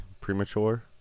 premature